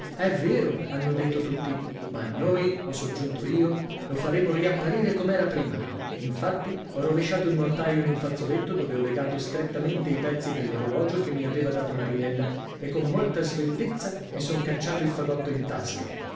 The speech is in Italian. è vero hanno detto tutti ma noi ho soggiunto io lo faremo riapparire come era prima infatti ho rovesciato il mortaio in un fazzoletto dove ho legato strettamente i pezzi dell'orologio che mi aveva dato marinella e con molta sveltezza mi son cacciato il fagottino in tasca